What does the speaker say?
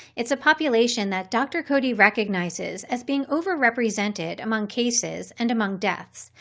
it's a population that dr. cody recognizes as being overrepresented among cases and among deaths.